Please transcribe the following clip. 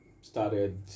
started